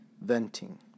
venting